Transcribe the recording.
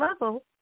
level